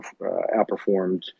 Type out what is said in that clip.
outperformed